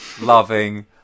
loving